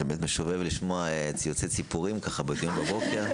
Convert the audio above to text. באמת משובב לשמוע ציוצי ציפורים בדיון בבוקר.